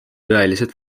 tõelised